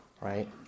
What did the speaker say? Right